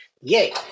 Yay